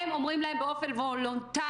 הם אומרים להם באופן וולונטרי,